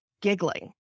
giggling